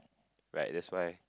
right that's why